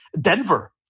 denver